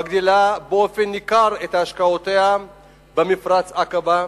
מגדילה באופן ניכר את השקעותיה במפרץ עקבה,